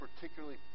particularly